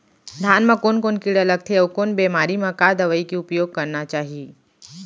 धान म कोन कोन कीड़ा लगथे अऊ कोन बेमारी म का दवई के उपयोग करना चाही?